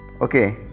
Okay